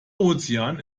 ozean